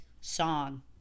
song